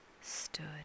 stood